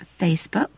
Facebook